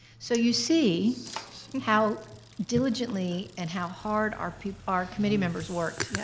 so you see how diligently and how hard our our committee members work.